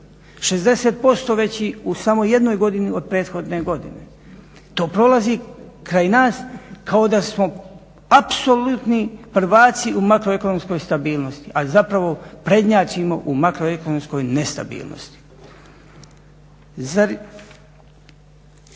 veći u samo jednoj godini od prethodne godine. To prolazi kraj nas kao da smo apsolutni prvaci u makroekonomskoj stabilnosti, a zapravo prednjačimo u makroekonomskoj nestabilnosti. Zar